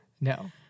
No